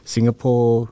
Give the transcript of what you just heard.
Singapore